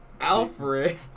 Alfred